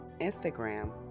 Instagram